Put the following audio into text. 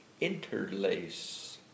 interlace